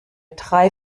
drei